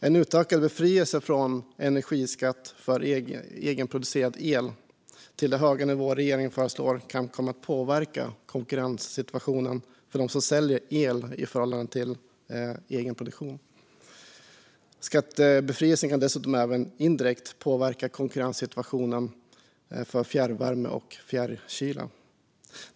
En utökad befrielse från energiskatt för egenproducerad el till de höga nivåer som regeringen föreslår kan komma att påverka konkurrenssituationen för dem som säljer el i förhållande till egenproduktion. Skattebefrielsen kan dessutom även indirekt påverka konkurrenssituationen för fjärrvärme och fjärrkyla.